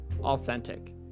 authentic